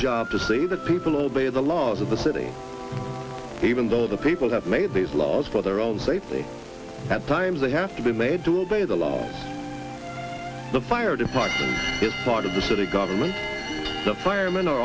job to see that people obey the laws of the city even though the people have made these laws for their own safety at times they have to be made to obey the law the fire department is part of the city government the firemen are